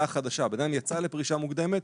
החדשה בן אדם יצא לפרישה מוקדמת,